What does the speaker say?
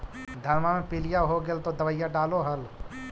धनमा मे पीलिया हो गेल तो दबैया डालो हल?